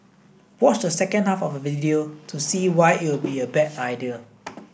watch the second half of the video to see why it'll be a bad idea